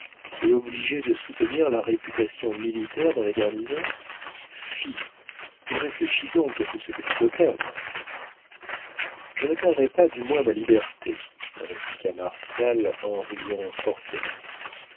et obligé de soutenir la réputation militaire dans les garnisons fi mais réfléchis donc à tout ce que tu peux perdre je ne perdrai pas du moins ma liberté répliqua martial en riant forcément